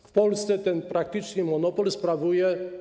W Polsce ten praktyczny monopol sprawuje.